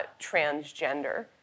transgender